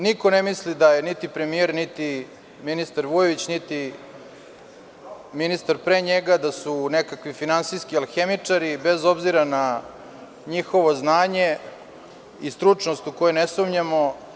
Niko ne misli da je niti premijer, niti ministar Vujović, niti ministar pre njega, da su nekakvi finansijski alhemičari, bez obzira na njihovo znanje i stručnost, u koje ne sumnjamo.